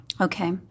Okay